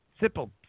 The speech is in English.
simple